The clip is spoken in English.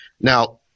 Now